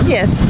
Yes